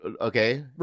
Okay